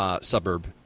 suburb